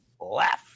left